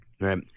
Right